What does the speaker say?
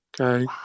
okay